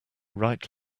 right